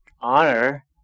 honor